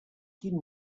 quin